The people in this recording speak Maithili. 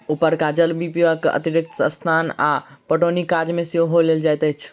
उपरका जल पीबाक अतिरिक्त स्नान आ पटौनीक काज मे सेहो लेल जाइत अछि